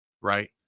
Right